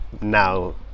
now